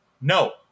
No